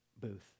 booth